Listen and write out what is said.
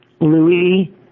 Louis